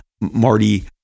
Marty